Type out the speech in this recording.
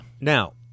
Now